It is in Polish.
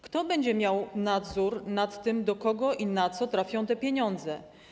Kto będzie miał nadzór nad tym, do kogo i na co trafią te pieniądze?